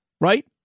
right